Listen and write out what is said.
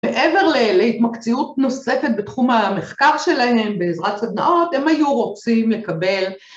מעבר להתמקצעות נוספת בתחום המחקר שלהם, בעזרת סדנאות, הם היו רוצים לקבל